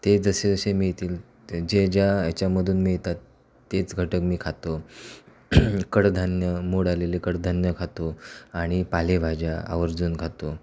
ते जसेजसे मिळतील ते जे ज्या ह्याच्यामधून मिळतात तेच घटक मी खातो कडधान्य मोड आलेले कडधान्य खातो आणि पालेभाज्या आवर्जून खातो